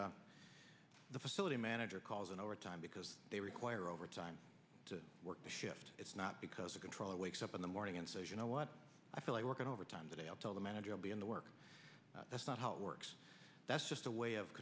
question the facility manager calls in overtime because they require overtime to work the shift it's not because a controller wakes up in the morning and says you know what i feel like working overtime today i'll tell the manager i'll be in the work that's not how it works that's just a way of